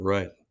Right